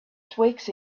twigs